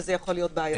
וזה יכול להיות בעייתי.